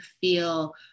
feel